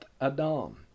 adam